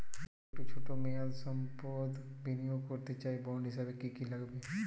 আমি যদি একটু ছোট মেয়াদসম্পন্ন বিনিয়োগ করতে চাই বন্ড হিসেবে কী কী লাগবে?